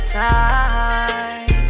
time